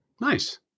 Nice